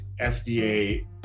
FDA